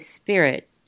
Spirit